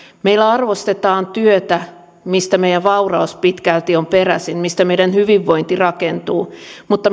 meillä arvostetaan työtä mistä meidän vaurautemme pitkälti on peräisin mistä meidän hyvinvointimme rakentuu mutta